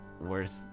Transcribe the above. worth